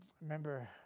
Remember